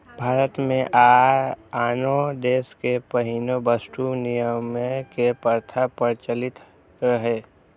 भारत मे आ आनो देश मे पहिने वस्तु विनिमय के प्रथा प्रचलित रहै